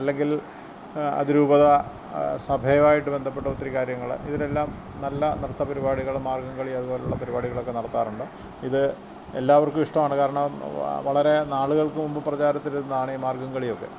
അല്ലെങ്കിൽ അതിരൂപത സഭയുമായിട്ടു ബന്ധപ്പെട്ട ഒത്തിരി കാര്യങ്ങൾ ഇതിനെല്ലാം നല്ല നൃത്ത പരിപാടികൾ മാർഗ്ഗം കളി അതുപോലെയുള്ള പരിപാടികളൊക്കെ നടത്താറുണ്ട് ഇത് എല്ലാവർക്കും ഇഷ്ടമാണ് കാരണം വളരെ നാളുകൾക്കു മുൻപ് പ്രചാരത്തിലിരുന്നതാണീ മാർഗ്ഗം കളിയൊക്കെ